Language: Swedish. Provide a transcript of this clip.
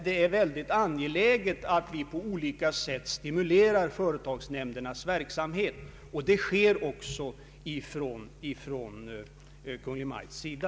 Det är mycket angeläget att vi på olika sätt stimulerar företagsnämndernas verksamhet, och det sker också från regeringens sida.